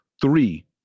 three